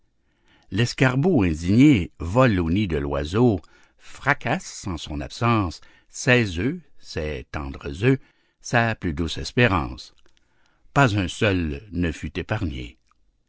lapin l'escarbot indigné vole au nid de l'oiseau fracasse en son absence ses œufs ses tendres œufs sa plus douce espérance pas un seul ne fut épargné